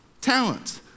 talents